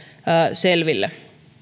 selville